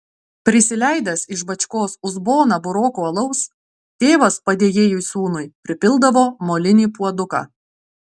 prisileidęs iš bačkos uzboną burokų alaus tėvas padėjėjui sūnui pripildavo molinį puoduką